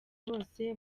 bose